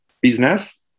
business